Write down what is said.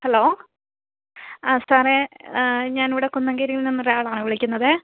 hello ആ സാറേ ഞാനിവിടെ കുന്നംങ്കിരീല് നിന്നൊരാളാണ് വിളിക്കുന്നത്